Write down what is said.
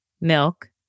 Milk